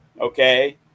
Okay